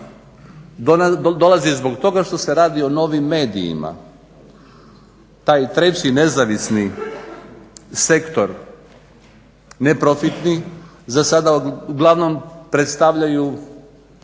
dolazi zbog toga što se radi o novim medijima. Taj treći nezavisni sektor neprofitni za sada uglavnom predstavljaju